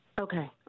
Okay